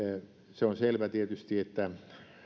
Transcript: se on selvä tietysti että